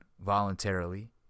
voluntarily